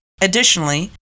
Additionally